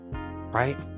Right